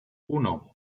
uno